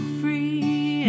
free